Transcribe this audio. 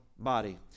Body